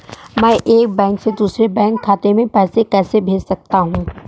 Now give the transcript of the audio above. मैं एक बैंक से दूसरे बैंक खाते में पैसे कैसे भेज सकता हूँ?